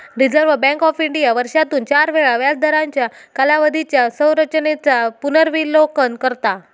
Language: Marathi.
रिझर्व्ह बँक ऑफ इंडिया वर्षातून चार वेळा व्याजदरांच्या कालावधीच्या संरचेनेचा पुनर्विलोकन करता